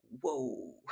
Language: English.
whoa